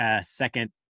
second